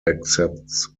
accepts